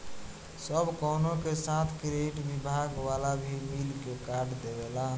सब कवनो के साथ क्रेडिट विभाग वाला भी मिल के कार्ड देवेला